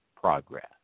progress